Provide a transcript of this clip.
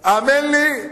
האמן לי,